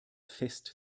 fest